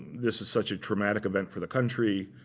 this is such a traumatic event for the country.